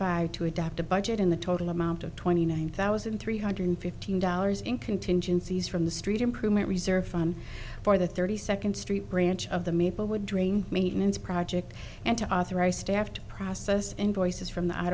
five two adopt a budget in the total amount of twenty nine thousand three hundred fifteen dollars in contingencies from the street improvement reserved for the thirty second street branch of the maple woodring maintenance project and to authorize staff to process invoices from the o